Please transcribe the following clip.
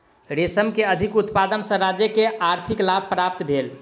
रेशम के अधिक उत्पादन सॅ राज्य के आर्थिक लाभ प्राप्त भेल